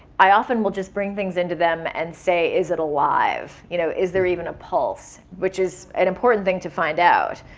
i often will just bring things in to them and say, is it alive? you know is there even a pulse? which is an important thing to find out.